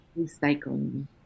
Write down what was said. recycling